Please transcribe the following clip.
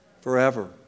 Forever